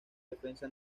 defensa